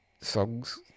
songs